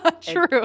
True